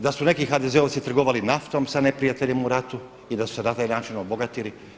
Da su neki HDZ-ovci trgovali sa naftom sa neprijateljem u ratu i da su se na taj način obogatili.